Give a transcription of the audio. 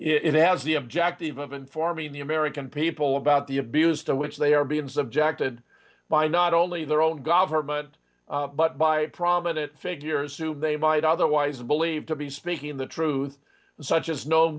has the objective of informing the american people about the abuse to which they are being subjected by not only their own government but by prominent figures whom they might otherwise believe to be speaking the truth such as no